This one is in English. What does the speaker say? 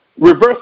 Reverse